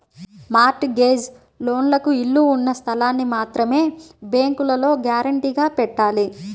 mart gauge లోన్లకు ఇళ్ళు ఉన్న స్థలాల్ని మాత్రమే బ్యేంకులో గ్యారంటీగా పెట్టాలి